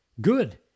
good